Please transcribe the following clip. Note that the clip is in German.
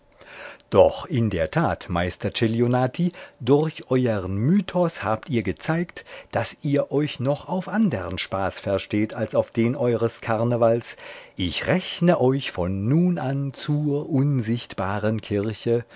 doch in der tat meister celionati durch euern mythos habt ihr gezeigt daß ihr euch noch auf andern spaß versteht als auf den eures karnevals ich rechne euch von nun an zur unsichtbaren kirche